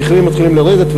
המחירים מתחילים לרדת,